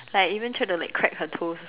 like even tried to like crack her toe